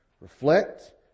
reflect